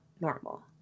normal